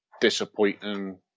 disappointing